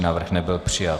Návrh nebyl přijat.